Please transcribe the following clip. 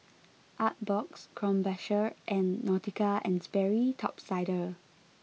Artbox Krombacher and Nautica and Sperry Top Sider